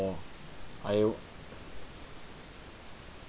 I